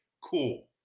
cool